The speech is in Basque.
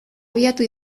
abiatu